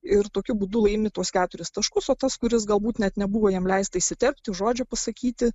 ir tokiu būdu laimi tuos keturis taškus o tas kuris galbūt net nebuvo jam leista išsitepti žodžio pasakyti